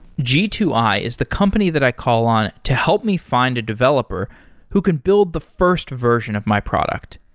g two i is the company that i call on to help me find a developer who can build the first version of my product.